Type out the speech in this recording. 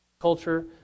culture